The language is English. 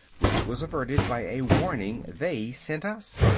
which was averted by a warning they sent us.